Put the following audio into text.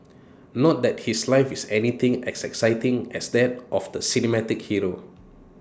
not that his life is anything as exciting as that of the cinematic hero